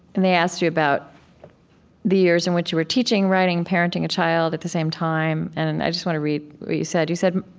and they asked you about the years in which you were teaching, writing, parenting a child at the same time. and and i just want to read what you said. you said,